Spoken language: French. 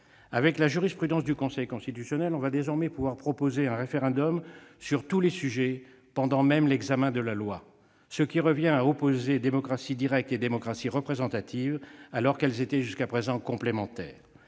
Avec la jurisprudence du Conseil constitutionnel, on va désormais pouvoir proposer un référendum sur tous les sujets pendant même l'examen de la loi. Cela revient à opposer démocratie directe et démocratie représentative, alors qu'elles étaient jusqu'à présent complémentaires,